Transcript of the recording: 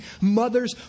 mothers